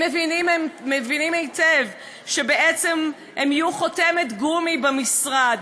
הם מבינים היטב שבעצם הם יהיו חותמת גומי במשרד.